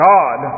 God